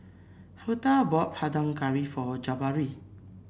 Huldah bought Panang Curry for Jabari